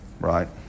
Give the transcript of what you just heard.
right